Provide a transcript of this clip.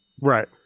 Right